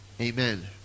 Amen